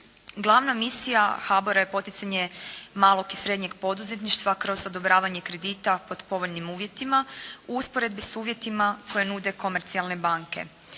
Glavna misija HABOR-a je poticanje malog i srednjeg poduzetništva kroz odobravanje kredita pod povoljnim uvjetima u usporedbi s uvjetima koje nude komercijalne banke.